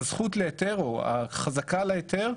בזכות הזכות להיתר או החזקה להיתר,